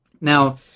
now